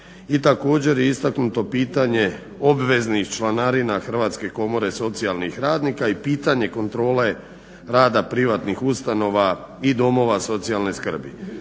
I također je istaknuto pitanje obveznih članarina Hrvatske komore socijalnih radnika i pitanje kontrole rada privatnih ustanova i domova socijalne skrbi.